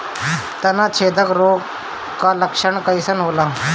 तना छेदक रोग का लक्षण कइसन होला?